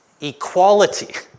equality